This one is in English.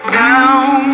down